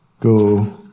Go